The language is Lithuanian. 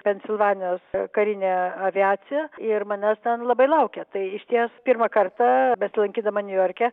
pensilvanijos karine aviacija ir manęs ten labai laukia tai išties pirmą kartą besilankydama niujorke